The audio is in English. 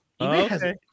Okay